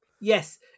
yes